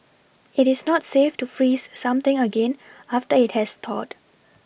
it is not safe to freeze something again after it has thawed